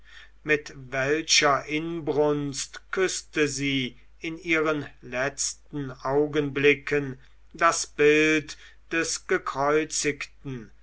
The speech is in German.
mit welcher inbrunst küßte sie in ihren letzten augenblicken das bild des gekreuzigten